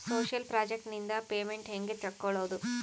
Social project ನಿಂದ payment ಹೆಂಗೆ ತಕ್ಕೊಳ್ಳದು?